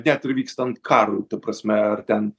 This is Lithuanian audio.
net ir vykstant karui ta prasme ar ten